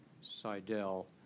Seidel